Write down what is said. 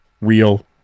real